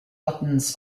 buttons